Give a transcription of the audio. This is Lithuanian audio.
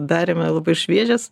darėme labai šviežias